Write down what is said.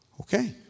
Okay